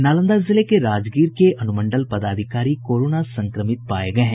नालंदा जिले के राजगीर के अनुमंडल पदाधिकारी कोरोना संक्रमित पाये गये हैं